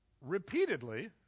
repeatedly